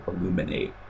illuminate